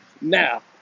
Now